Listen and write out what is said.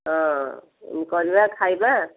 ହଁ କରିବା ଖାଇବା